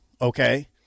Okay